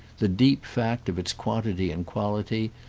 the deep fact of its quantity and quality,